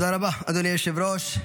אדוני היושב-ראש.